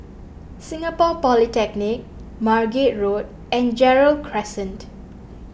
Singapore Polytechnic Margate Road and Gerald Crescent